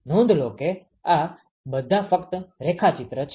નોંધ લો કે આ બધા ફક્ત રેખાચિત્ર છે